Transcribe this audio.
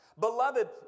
Beloved